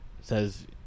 says